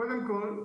קודם כול,